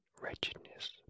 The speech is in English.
wretchedness